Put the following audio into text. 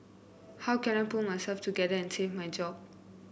how can I pull myself together and save my job